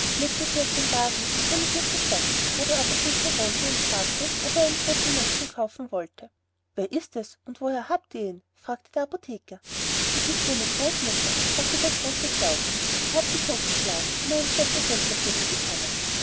legte sie auf den wagen fuhr mit ihr zur stadt wo der apotheker wohnte und fragte ob er einen toten menschen kaufen wollte wer ist es und woher habt ihr ihn fragte der apotheker es ist meine großmutter sagte der große klaus ich habe sie totgeschlagen um einen scheffel geld dafür zu bekommen